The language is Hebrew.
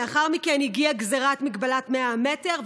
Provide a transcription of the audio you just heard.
לאחר מכן הגיעה גזירת מגבלת 100 המטר,